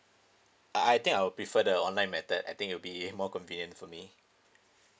I I think I will prefer the online method I think it'll be more convenient for me